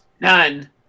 None